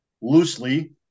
loosely